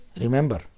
Remember